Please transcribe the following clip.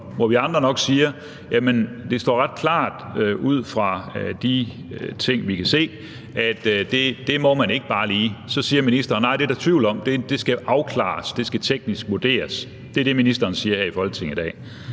hvor vi andre nok siger, at det står ret klart ud fra de ting, vi kan se, at det må man ikke bare lige. Så siger ministeren: Nej, det er der tvivl om, det skal afklares, det skal teknisk vurderes. Det er det, ministeren siger her i Folketinget i dag.